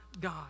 God